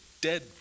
dead